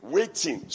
Waiting